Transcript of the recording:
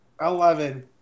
Eleven